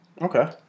Okay